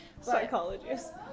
Psychologists